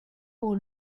pour